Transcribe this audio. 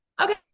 Okay